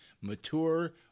mature